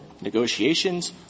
negotiations